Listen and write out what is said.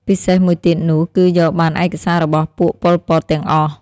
ពិសេសមួយទៀតនោះគឺយកបានឯកសាររបស់ពួកប៉ុលពតទាំងអស់។